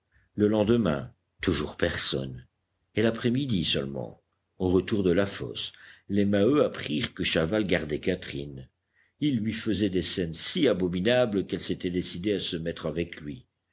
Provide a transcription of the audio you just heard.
le lendemain toujours personne et l'après-midi seulement au retour de la fosse les maheu apprirent que chaval gardait catherine il lui faisait des scènes si abominables qu'elle s'était décidée à se mettre avec lui